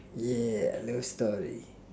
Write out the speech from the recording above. yeah love story